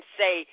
say